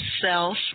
self